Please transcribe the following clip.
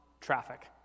traffic